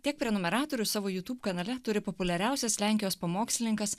tiek prenumeratorių savo youtube kanale turi populiariausias lenkijos pamokslininkas